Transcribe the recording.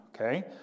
okay